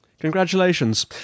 Congratulations